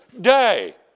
day